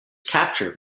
capture